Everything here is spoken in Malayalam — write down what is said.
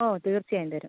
ഓ തീർച്ചയായും തരും